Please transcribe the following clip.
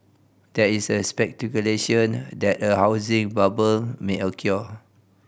there is speculation that a housing bubble may occur